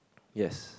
yes